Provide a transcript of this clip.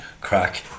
crack